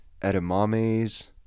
edamames